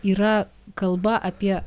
yra kalba apie